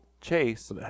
chase